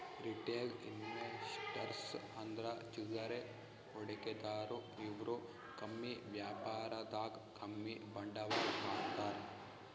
retail investors ಅಂದ್ರ ಚಿಲ್ಲರೆ ಹೂಡಿಕೆದಾರು ಇವ್ರು ಕಮ್ಮಿ ವ್ಯಾಪಾರದಾಗ್ ಕಮ್ಮಿ ಬಂಡವಾಳ್ ಹಾಕ್ತಾರ್